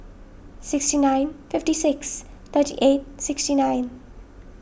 sixty nine fifty six thirty eight sixty nine